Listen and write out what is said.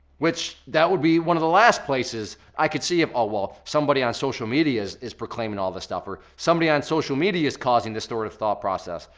which that would be one of the last places. i could see if, oh well somebody on social media is is proclaiming all this stuff or somebody on social media is causing this sort of thought process.